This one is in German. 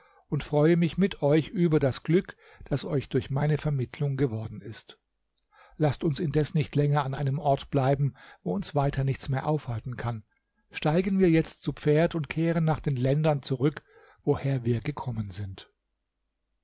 und freue mich mit euch über das glück das euch durch meine vermittlung geworden ist laßt uns indes nicht länger an einem ort bleiben wo uns weiter nichts mehr aufhalten kann steigen wir jetzt zu pferd und kehren nach den ländern zurück woher wir gekommen sind